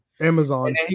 Amazon